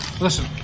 Listen